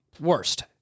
Worst